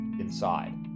inside